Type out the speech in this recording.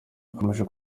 akomeje